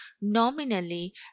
nominally